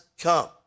come